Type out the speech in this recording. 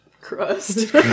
Crust